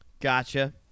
Gotcha